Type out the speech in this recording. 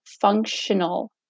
functional